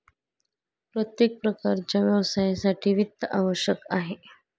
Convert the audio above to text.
प्रत्येक प्रकारच्या व्यवसायासाठी वित्त आवश्यक आहे